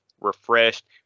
refreshed